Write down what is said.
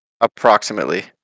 approximately